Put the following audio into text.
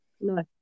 No